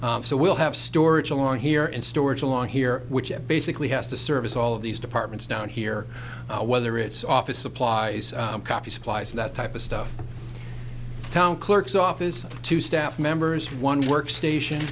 so we'll have storage along here in storage along here which basically has to service all of these departments down here whether it's office supplies coffee supplies that type of stuff clerk's office to staff members one work station